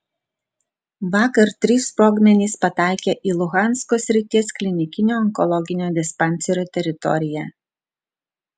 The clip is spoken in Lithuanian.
vakar trys sprogmenys pataikė į luhansko srities klinikinio onkologinio dispanserio teritoriją